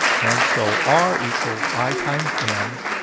and so r equals i times m,